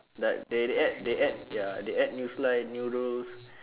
like they they add they add ya they add new slide new rules